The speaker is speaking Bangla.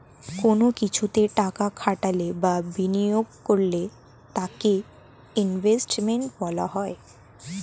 কোন কিছুতে টাকা খাটালে বা বিনিয়োগ করলে তাকে ইনভেস্টমেন্ট বলা হয়